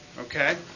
Okay